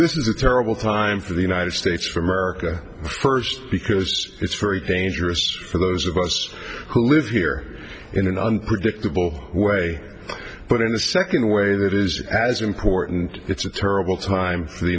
this is a terrible time for the united states for america first because it's very dangerous for those of us who live here in an unpredictable way but in a second way that is as important it's a terrible time